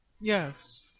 Yes